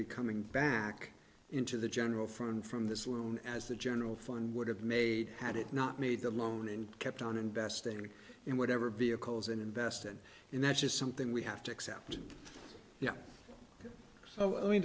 be coming back into the general fund from this loan as the general fund would have made had it not made the loan and kept on investing in whatever vehicles and invested in that is something we have to accept you know i mean